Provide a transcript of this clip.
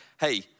Hey